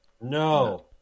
No